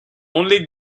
only